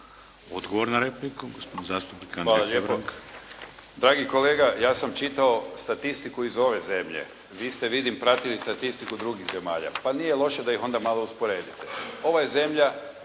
Odgovor na repliku, gospodin zastupnik Andrija Hebrang. **Hebrang, Andrija (HDZ)** Hvala lijepo. Dragi kolega, ja sam čitao statistiku iz ove zemlje. Vi ste vidim pratili statistiku drugih zemalja, pa nije loše da ih onda malo usporedite. Ova je zemlja